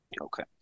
Okay